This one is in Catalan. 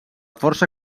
força